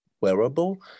wearable